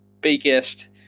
biggest